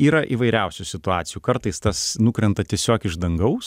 yra įvairiausių situacijų kartais tas nukrenta tiesiog iš dangaus